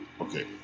okay